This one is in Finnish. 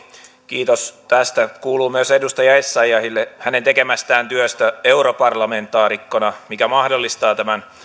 kiitos tästä kuuluu myös edustaja essayahille hänen tekemästään työstä europarlamentaarikkona mikä mahdollistaa